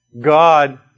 God